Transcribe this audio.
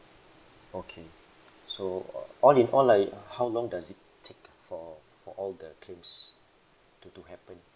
okay so all in all like how long does it take for for all the claims to to happen